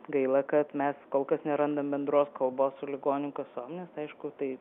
gaila kad mes kol kas nerandam bendros kalbos su ligonių kasomis aišku tai